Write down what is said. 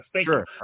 Sure